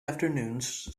afternoons